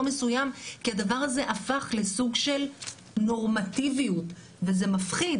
מסויים כי הדבר הזה הפך לסוג של נורמטיביות וזה מפחיד.